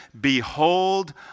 behold